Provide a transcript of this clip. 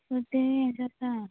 हय तें हें जाता